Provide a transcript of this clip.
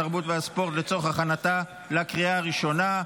התרבות והספורט לצורך הכנתה לקריאה ראשונה.